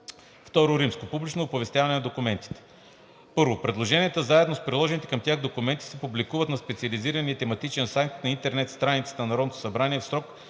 събрание. II. Публично оповестяване на документите 1. Предложенията заедно с приложените към тях документи се публикуват на специализирания тематичен сайт на интернет страницата на Народното събрание в срок